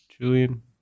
Julian